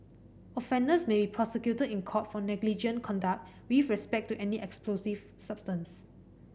offenders may be prosecuted in court for negligent conduct with respect to any explosive substance